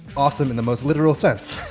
awesome in the most literal sense